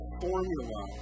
formula